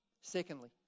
Secondly